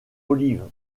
olive